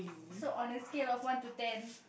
so on a scale of one to ten